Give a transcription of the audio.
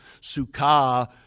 Sukkah